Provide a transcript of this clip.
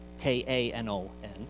K-A-N-O-N